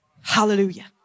hallelujah